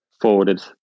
forwarded